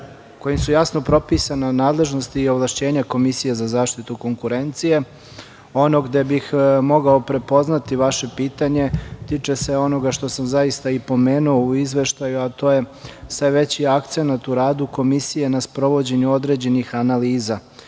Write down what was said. i precizno propisana nadležnosti i ovlašćenja Komisije za zaštitu konkurencije. Ono gde bih mogao prepoznati vaše pitanje tiče se onoga što sam zaista i pomenuo u izveštaju, a to je sve veći akcenat u radu Komisije na sprovođenju određenih analiza.